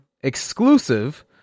exclusive